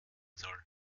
soll